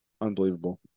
Unbelievable